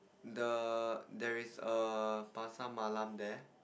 the there is a pasar-malam there